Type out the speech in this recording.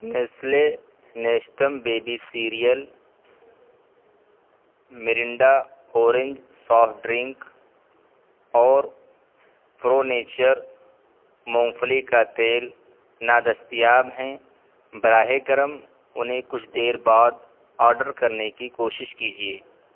Nestle Nestum baby cereal Mirinda orange soft drink اور Pronature مونگ پھلی کا تیل نادستیاب ہیں براہ کرم انہیں کچھ دیر بعد آڈر کرنے کی کوشش کیجیے